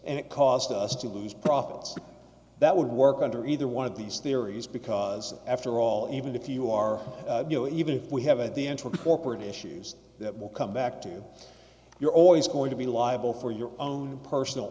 and it caused us to lose profits that would work under either one of these theories because after all even if you are you know even if we have a the interim corporate issues that will come back to you you're always going to be liable for your own personal